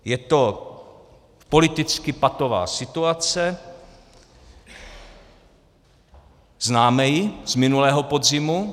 Je to politicky patová situace, známe ji z minulého podzimu.